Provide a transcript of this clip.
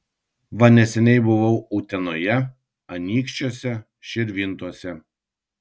va neseniai buvau utenoje anykščiuose širvintose